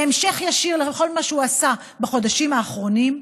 בהמשך ישיר לכל מה שהוא עשה בחודשים האחרונים,